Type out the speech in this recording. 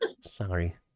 Sorry